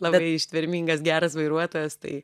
labai ištvermingas geras vairuotojas tai